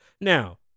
Now